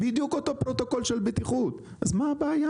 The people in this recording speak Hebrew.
זה בדיוק אותו פרוטוקול של בטיחות, אז מה הבעיה?